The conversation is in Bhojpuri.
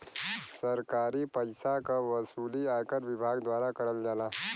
सरकारी पइसा क वसूली आयकर विभाग द्वारा करल जाला